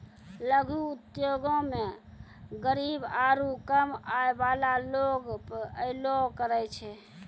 लघु उद्योगो मे गरीब आरु कम आय बाला लोग अयलो करे छै